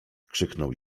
krzyknął